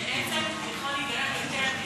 בעצם יכול להיגרם יותר נזק.